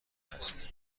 هست